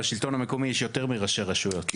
בשלטון המקומי יש יותר מראשי רשויות, רק אומר.